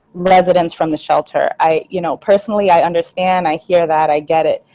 residents from the shelter i you know personally, i understand. i hear that i get it,